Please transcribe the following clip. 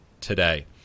today